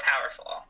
powerful